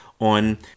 on